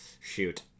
shoot